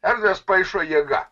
erdves paišo jėga